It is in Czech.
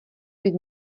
být